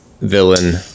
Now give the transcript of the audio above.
villain